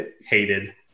hated